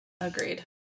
Agreed